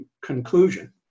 conclusion